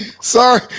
sorry